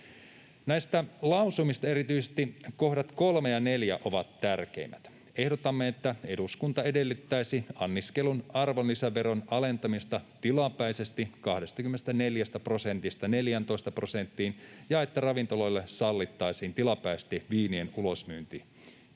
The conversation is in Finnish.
Näistä lausumista erityisesti kohdat 3 ja 4 ovat tärkeimmät. Ehdotamme, että eduskunta edellyttäisi anniskelun arvonlisäveron alentamista tilapäisesti 24 prosentista 14 prosenttiin ja että ravintoloille sallittaisiin tilapäisesti viinien ulosmyynnin